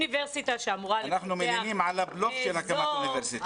אנחנו מלינים על הבלוף של הקמת אוניברסיטה.